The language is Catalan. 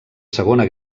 segona